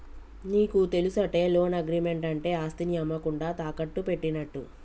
నీకు తెలుసటే, loan agreement అంటే ఆస్తిని అమ్మకుండా తాకట్టు పెట్టినట్టు